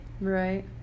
Right